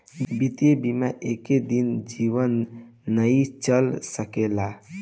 वित्त बिना एको दिन जीवन नाइ चल सकेला